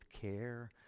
care